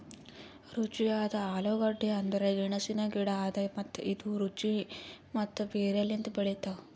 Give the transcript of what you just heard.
ರುಚಿಯಾದ ಆಲೂಗಡ್ಡಿ ಅಂದುರ್ ಗೆಣಸಿನ ಗಿಡ ಅದಾ ಮತ್ತ ಇದು ರುಚಿ ಮತ್ತ ಬೇರ್ ಲಿಂತ್ ಬೆಳಿತಾವ್